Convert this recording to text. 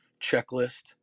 checklist